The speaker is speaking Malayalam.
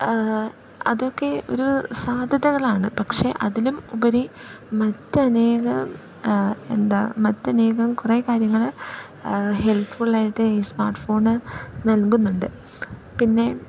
അതൊക്കെ ഒരു സാധ്യതകളാണ് പക്ഷെ അതിലും ഉപരി മറ്റനേകം എന്താ മറ്റനേകം കുറേ കാര്യങ്ങൾ ഹെൽപ്ഫുള്ള് ആയിട്ട് ഈ സ്മാർട്ട്ഫോണ് നൽകുന്നുണ്ട് പിന്നെ